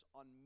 on